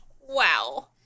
Wow